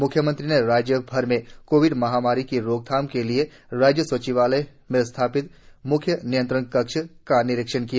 म्ख्यमंत्री ने राज्य भर में कोविड महामारी की रोकथाम के लिए राज्य सचिवालय में स्थापित म्ख्य नियंत्रण कक्ष का निरीक्षण किया